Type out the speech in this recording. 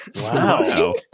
Wow